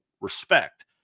respect